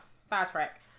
sidetrack